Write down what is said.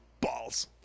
balls